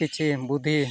ᱠᱤᱪᱷᱩ ᱵᱩᱫᱽᱫᱷᱤ